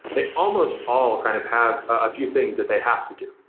they almost all kind of have a few things that they have to do.